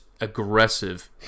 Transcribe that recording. aggressive